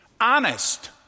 Honest